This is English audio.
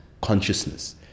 consciousness